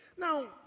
Now